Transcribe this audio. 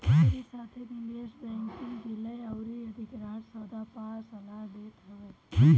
एकरी साथे निवेश बैंकिंग विलय अउरी अधिग्रहण सौदा पअ सलाह देत हवे